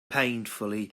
painfully